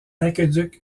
aqueduc